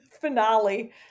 finale